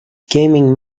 gaming